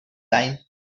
time